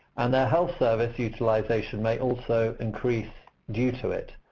and health service utilization may also increase due to it.